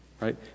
right